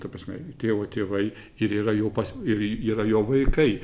ta prasme tėvo tėvai ir yra jų ir yra jo vaikai